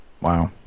Wow